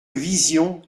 vision